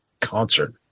concert